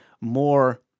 more